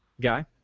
Guy